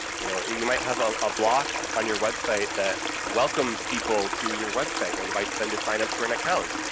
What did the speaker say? you know, you might have a ah block on your website that welcomes people to your website and invites them to sign-up for an account,